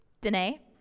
Danae